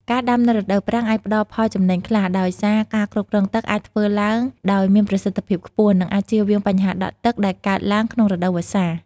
ការដាំនៅរដូវប្រាំងអាចផ្តល់ផលចំណេញខ្លះ ដោយសារការគ្រប់គ្រងទឹកអាចធ្វើឡើងដោយមានប្រសិទ្ធភាពខ្ពស់ និងអាចជៀសវាងបញ្ហាដក់ទឹកដែលកើតឡើងក្នុងរដូវវស្សា។